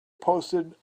posted